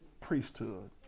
priesthood